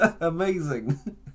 Amazing